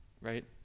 right